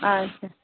আচ্ছা